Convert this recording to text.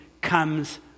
comes